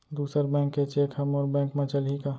दूसर बैंक के चेक ह मोर बैंक म चलही का?